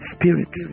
Spirit